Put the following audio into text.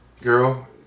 girl